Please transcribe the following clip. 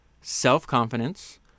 Self-confidence